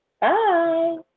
Bye